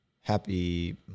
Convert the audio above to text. Happy